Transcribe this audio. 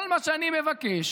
כל מה שאני מבקש